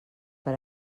per